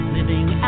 Living